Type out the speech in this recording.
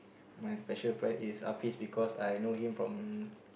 my special friend is Alfie because I know him from